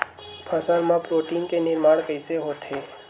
फसल मा प्रोटीन के निर्माण कइसे होथे?